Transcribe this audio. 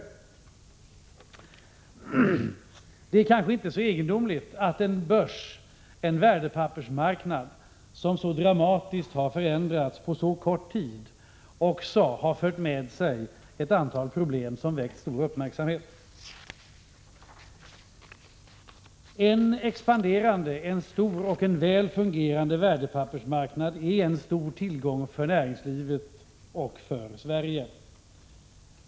Det är måhända inte så egendomligt att en börs, en värdepappersmarknad, som så dramatiskt som den svenska har förändrats på mycket kort tid också har fått ett antal problem som har väckt stor uppmärksamhet. En expanderande, stor och väl fungerande värdepappersmarknad är en stor tillgång för näringslivet och för Sverige.